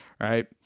Right